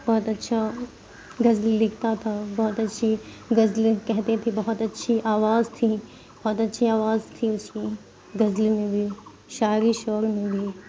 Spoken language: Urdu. بہت اچھا غزل لکھتا تھا بہت اچھی غزلیں کہتے تھے بہت اچھی آواز تھی بہت اچھی آواز تھی اس کی غزلیں میں بھی شاعری شول میں بھی